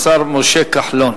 השר משה כחלון.